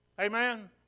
Amen